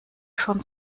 schon